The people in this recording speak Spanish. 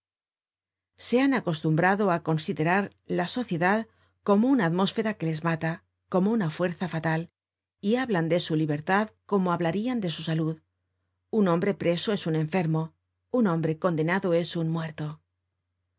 se han acostumbrado á considerar la sociedad como una atmósfera que les mata como una fuerza fatal y hablan de su libertad como hablarian de su salud un hombre preso es un enfermo un hombre condenado es un muerto